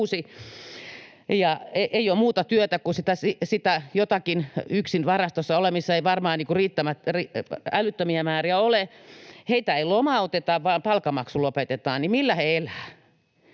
ei ole muuta työtä, kun sitä jotakin yksin varastossa olemista ei varmaan älyttömiä määriä ole. Kun heitä ei lomauteta vaan palkanmaksu lopetetaan, niin millä he elävät?